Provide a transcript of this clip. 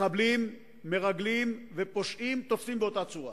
מחבלים, מרגלים ופושעים תופסים באותה צורה